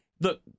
Look